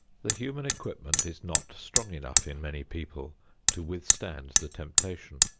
the human equipment is not strong enough in many people to withstand the temptation.